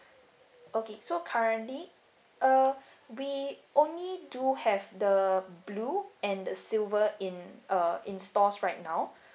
okay so currently uh we only do have the blue and the silver in uh in stores right now